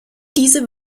diese